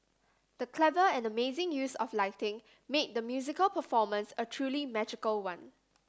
the clever and amazing use of lighting made the musical performance a truly magical one